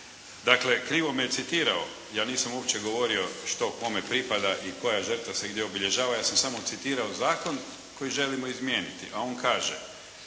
Dakle, krivo me je citirao, ja nisam uopće govorio što kome pripada i koja žrtva se gdje obilježava. Ja sam samo citirao zakon koji želimo izmjeniti. A on kaže: